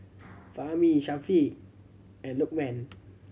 Fahmi Syafiq and Lokman